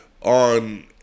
on